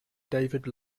david